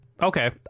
Okay